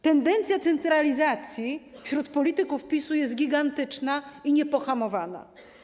Tendencja centralizacji wśród polityków PiS-u jest gigantyczna i niepohamowana.